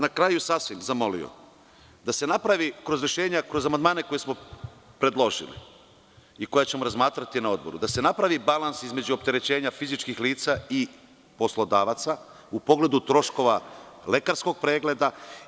Na kraju bih zamolio da se kroz amandmane, koje smo predložili i koja ćemo razmatrati na odboru, napravi balans između opterećenja fizičkih lica i poslodavaca u pogledu troškova lekarskog pregleda.